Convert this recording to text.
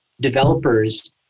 developers